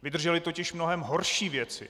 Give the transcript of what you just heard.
Vydržely totiž mnohem horší věci.